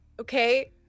Okay